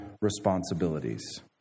responsibilities